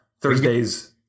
Thursdays